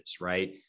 right